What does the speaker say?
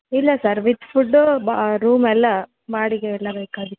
ಇಲ್ಲ sir with food bathroom ಎಲ್ಲ ಬಾಡಿಗೆ ಎಲ್ಲ ಬೇಕಾಗಿತ್ತು